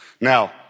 Now